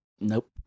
nope